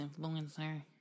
influencer